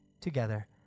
together